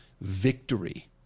victory